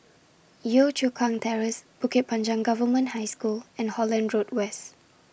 Yio Chu Kang Terrace Bukit Panjang Government High School and Holland Road West